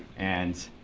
and